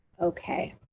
Okay